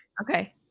Okay